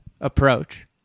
approach